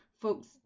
folks